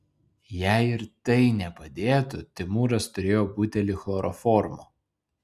jei ir tai nepadėtų timūras turėjo butelį chloroformo